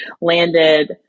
landed